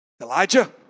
Elijah